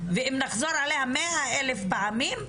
ואם נחזור עליה 100,000 פעמים,